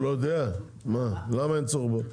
למה אין צורך?